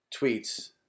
tweets